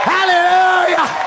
Hallelujah